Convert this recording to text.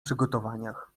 przygotowaniach